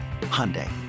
Hyundai